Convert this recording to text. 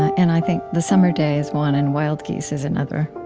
and i think the summer day is one and wild geese is another,